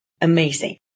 amazing